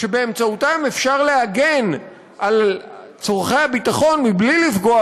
שבאמצעותם אפשר להגן על צורכי הביטחון מבלי לפגוע